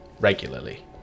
regularly